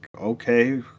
okay